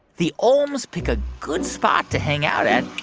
the olms pick a good spot to hang out at,